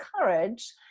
courage